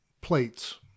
plates